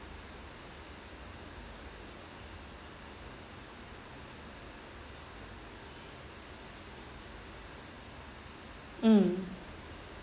mm